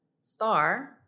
star